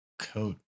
coat